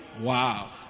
Wow